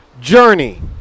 journey